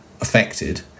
affected